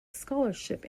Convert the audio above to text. scholarship